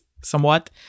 somewhat